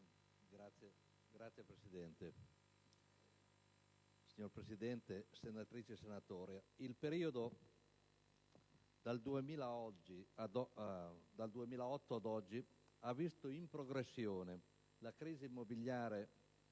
*(PdL)*. Signora Presidente, senatrici e senatori, il periodo dal 2008 ad oggi ha visto in progressione la crisi immobiliare